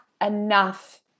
enough